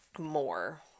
more